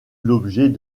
l’objet